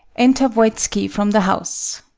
enter voitski from the house.